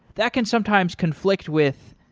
that can sometimes conflict with,